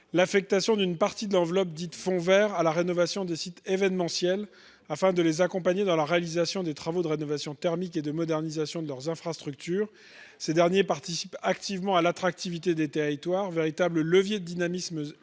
l'affectation d'une partie du fonds vert à la rénovation des sites événementiels afin de les accompagner dans la réalisation des travaux de rénovation thermique et de modernisation de leurs infrastructures. Ces sites participent activement à l'attractivité des territoires. Véritables leviers de dynamisme